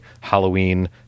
Halloween